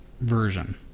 version